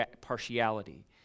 partiality